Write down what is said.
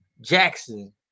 Jackson